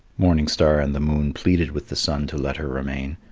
morning star and the moon pleaded with the sun to let her remain,